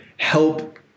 help